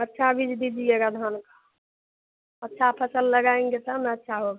अच्छा बीज दीजिएगा धान का अच्छा फ़सल लगाएँगे तब ना अच्छा होगा